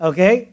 Okay